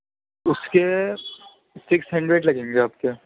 اس کے six hundred لگیں گے آپ کے